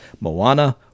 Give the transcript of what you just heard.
Moana